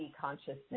consciousness